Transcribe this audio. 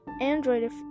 android